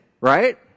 Right